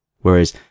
whereas